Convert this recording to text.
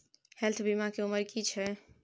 Health बीमा के उमर की छै?